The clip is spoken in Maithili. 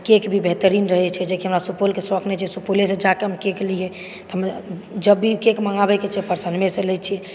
केक भी बेहतरीन रहै छै जे कि हमरा सुपौल के सौख नहि छै सुपौलेसँ जा कऽ हम केक लियै तऽ हम जब भी केक मँगाबै के छै तऽ परसनमेसँ लै छी